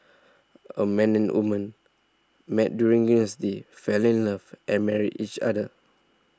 a man and woman met during university fell in love and married each other